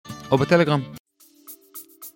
או בטלגרם.